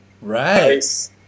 Right